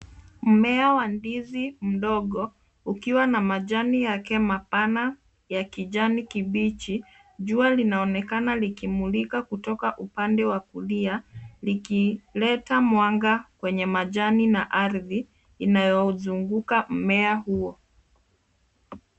Mmea wa ndizi mdogo, ukiwa na majani yake mapana ya kijani kibichi. Jua linaonekana likimulika kutoka upande wa kulia, likileta mwanga kwenye majani na ardhi inayozunguka mmea huo.